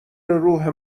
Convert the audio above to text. روح